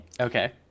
Okay